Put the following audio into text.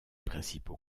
principaux